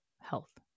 health